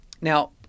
Now